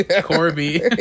Corby